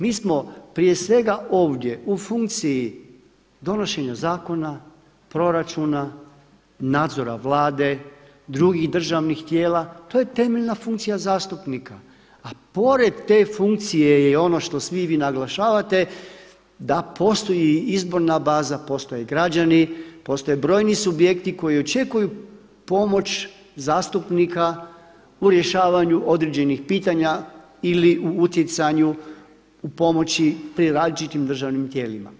Mi smo prije svega ovdje u funkciji donošenja zakona, proračuna, nadzora Vlade, drugih državnih tijela to je temeljna funkcija zastupnika, a pored te funkcije je ono što svi vi naglašavate da postoji izborna baza, postoje građani, postoje brojni subjekti koji očekuju pomoć zastupnika u rješavanju određenih pitanja ili u utjecanju u pomoći pri različitim državnim tijelima.